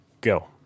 Go